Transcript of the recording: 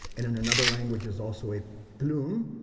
and in another language is also a plume,